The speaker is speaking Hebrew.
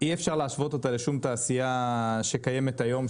אי אפשר להשוות אותה לשום תעשייה שקיימת היום,